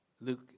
Luke